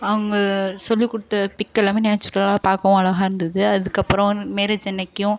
அவங்க சொல்லிக் கொடுத்த பிக் எல்லாமே நேச்சுரலாக பார்க்கவும் அழகாக இருந்தது அதுக்கப்பறம் மேரேஜ் அன்றைக்கும்